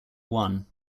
one